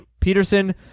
Peterson